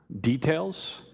details